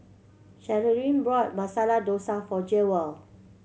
Cherilyn bought Masala Dosa for Jewell